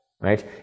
right